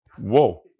Whoa